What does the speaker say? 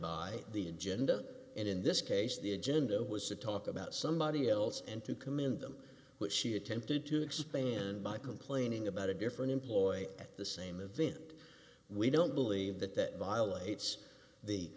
by the agenda and in this case the agenda was to talk about somebody else and to commend them which she attempted to explain and by complaining about a different employee at the same event we don't believe that that violates the